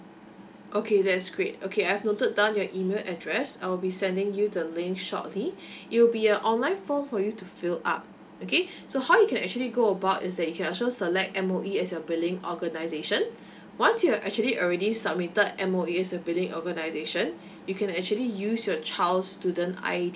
okay that's great okay I've noted down your email address I'll be sending you the link shortly it'll be a online form for you to fill up okay so how you can actually go about is that you can also select M_O_E as your billing organisation once you'd actually already submitted M_O_E as your billing organisation you can actually use your child's student I_D